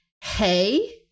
hey